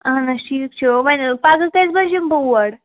اہن حظ ٹھیٖک چھُ وۄنۍ پگاہ کٔژِ بَجہِ یِمہٕ بہٕ اور